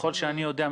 ככל שאני יודע,